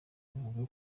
avuga